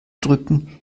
drücken